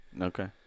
Okay